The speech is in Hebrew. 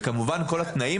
כמובן שכל התנאים